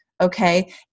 Okay